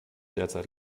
derzeit